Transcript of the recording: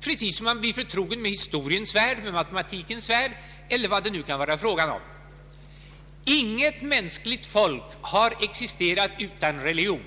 precis som man blir förtrogen med historiens värld, matematikens värld eller vad det nu kan vara fråga om. Inget folk har existerat utan religion.